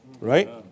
Right